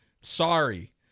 Sorry